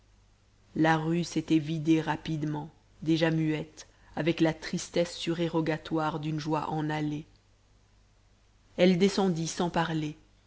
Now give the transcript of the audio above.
la rue s'était vidée rapidement déjà muette avec la tristesse surérogatoire d'une joie en allée elle descendit sans parler